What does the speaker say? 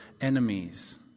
enemies